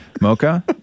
Mocha